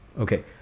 Okay